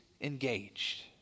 engaged